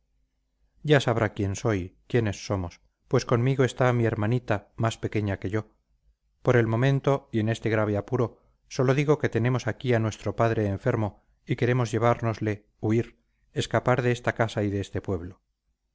ya sabrá quien soy quiénes somos pues conmigo está mi hermanita más pequeña que yo por el momento y en este grave apuro sólo digo que tenemos aquí a nuestro padre enfermo y queremos llevárnosle huir escapar de esta casa y de este pueblo